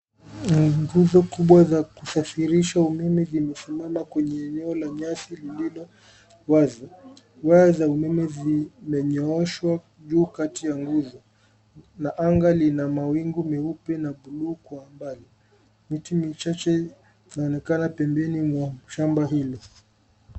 Nguzo Kubwa za kusafirisha umeme zimesimama kwenye eneo la nyasi lililo wazi. Waya za umeme zimenyooshwa juu kati ya nguvu na anga Lina mawingu meupe na buluu Kwa mbali. Miti michache inaonekana pembeni mwa shamba hili.